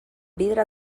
vidre